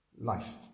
life